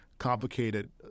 complicated